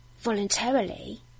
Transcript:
voluntarily